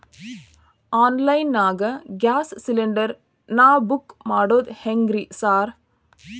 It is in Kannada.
ಆನ್ಲೈನ್ ನಾಗ ಗ್ಯಾಸ್ ಸಿಲಿಂಡರ್ ನಾ ಬುಕ್ ಮಾಡೋದ್ ಹೆಂಗ್ರಿ ಸಾರ್?